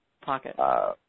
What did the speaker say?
Pocket